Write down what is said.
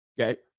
Okay